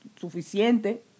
suficiente